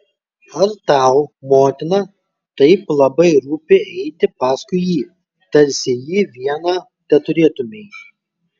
ar tau motina taip labai rūpi eiti paskui jį tarsi jį vieną teturėtumei